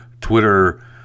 Twitter